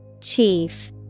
Chief